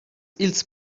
ils